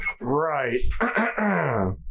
Right